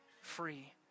free